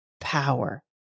power